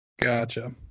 Gotcha